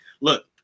Look